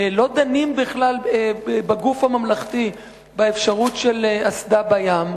לא דנים בכלל בגוף הממלכתי באפשרות של אסדה בים,